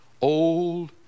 old